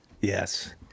Yes